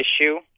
issue